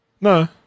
No